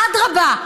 אדרבה,